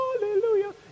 Hallelujah